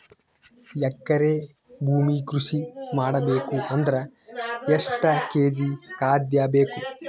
ಎಕರೆ ಭೂಮಿ ಕೃಷಿ ಮಾಡಬೇಕು ಅಂದ್ರ ಎಷ್ಟ ಕೇಜಿ ಖಾದ್ಯ ಬೇಕು?